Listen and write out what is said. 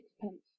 sixpence